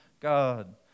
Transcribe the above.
God